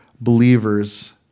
believers